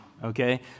Okay